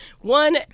one